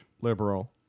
Liberal